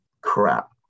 Crap